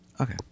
Okay